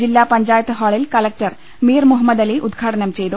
ജില്ലാ പഞ്ചായത്ത് ഹാളിൽ കുലക്ടർ മീർ മുഹമ്മദലി ഉദ്ഘാടനം ചെയ്തു